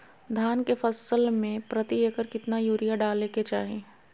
धान के फसल में प्रति एकड़ कितना यूरिया डाले के चाहि?